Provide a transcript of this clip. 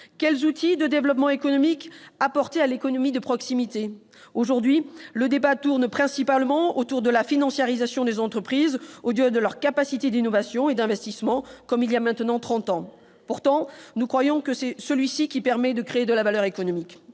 Quels outils de développement économique apporter à l'économie de proximité ? Aujourd'hui, le débat s'attache principalement à la financiarisation des entreprises plutôt qu'à leur capacité d'innovation et d'investissement, comme il y a maintenant trente ans. Nous considérons pourtant que c'est cette dernière qui permet de créer de la valeur économique.